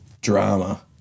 drama